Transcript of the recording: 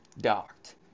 docked